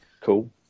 cool